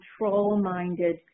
control-minded